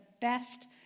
best